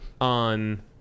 on